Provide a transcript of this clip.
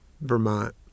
Vermont